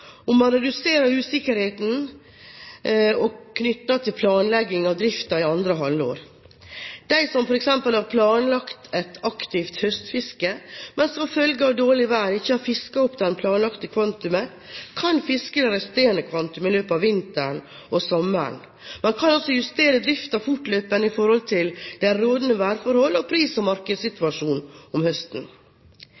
man reduserer usikkerheten knyttet til planlegging av driften i andre halvår. De som f.eks. har planlagt et aktivt høstfiske, men som følge av dårlig vær ikke har fisket opp det planlagte kvantumet, kan fiske det resterende kvantumet i løpet av vinteren og sommeren. Man kan altså justere driften fortløpende i forhold til de rådende værforhold og pris- og